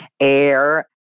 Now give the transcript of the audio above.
air